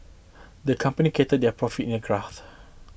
the company charted their profit in a graph